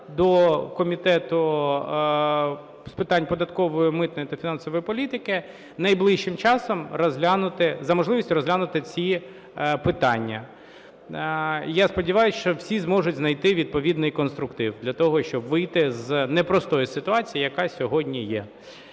до Комітету з питань податкової, митної та фінансової політики найближчим часом розглянути, за можливості розглянути ці питання. Я сподіваюсь, що всі зможуть знайти відповідний конструктив для того, щоб вийти з непростої ситуації, яка сьогодні є.